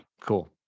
Cool